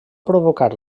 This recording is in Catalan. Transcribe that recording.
provocar